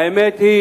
האמת היא